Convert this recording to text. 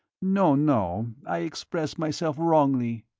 no, no, i expressed myself wrongly,